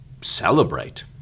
celebrate